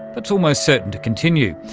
that's almost certain to continue.